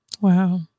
Wow